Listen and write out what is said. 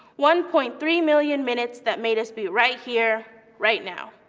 one point three million minutes that made us be right here right now.